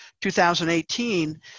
2018